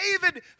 David